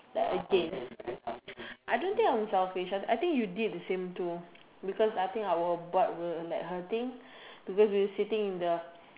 back again I don't think I'm selfish I think you did the same too because I think our butt were like hurting because we were sitting in the